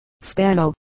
Spano